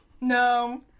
No